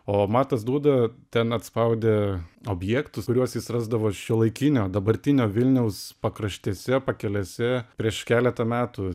o matas dūda ten atspaudė objektus kuriuos jis rasdavo šiuolaikinio dabartinio vilniaus pakraštėse pakelėse prieš keletą metų